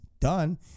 done